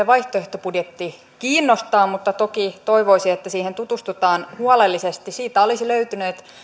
vaihtoehtobudjetti kiinnostaa mutta toki toivoisi että siihen tutustutaan huolellisesti siitä olisi löytynyt